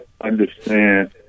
understand